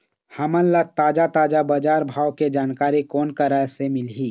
हमन ला ताजा ताजा बजार भाव के जानकारी कोन करा से मिलही?